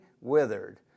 withered